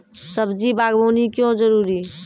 सब्जी बागवानी क्यो जरूरी?